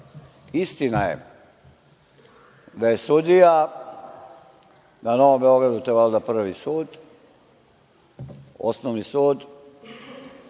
istina je da je sudija na Novom Beogradu, a to je valjda Prvi sud, Osnovni sud,